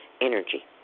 energy